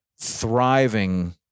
thriving